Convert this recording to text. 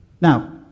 Now